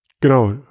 Genau